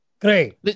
great